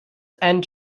and